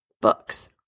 books